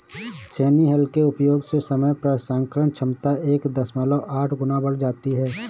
छेनी हल के उपयोग से समय प्रसंस्करण क्षमता एक दशमलव आठ गुना बढ़ जाती है